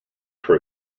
for